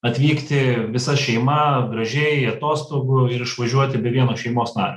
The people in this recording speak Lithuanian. atvykti visa šeima gražiai atostogų ir išvažiuoti be vieno šeimos nario